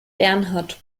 bernhard